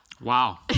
Wow